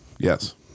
Yes